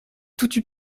toutut